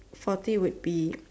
forty would be